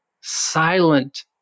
silent